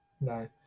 No